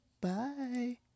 Bye